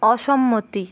অসম্মতি